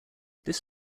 this